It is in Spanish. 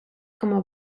como